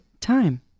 Time